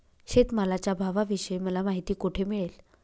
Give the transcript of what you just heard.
शेतमालाच्या भावाविषयी मला माहिती कोठे मिळेल?